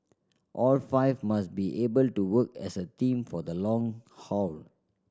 all five must be able to work as a team for the long haul